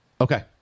Okay